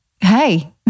hey